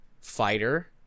fighter